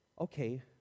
okay